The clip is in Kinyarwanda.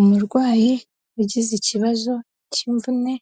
Umurwayi wagize ikibazo cy'imvune